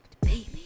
baby